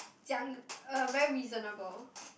讲 uh very reasonable